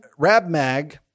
Rabmag